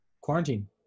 quarantine